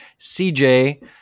CJ